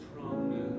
promise